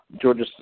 Georgia